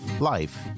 life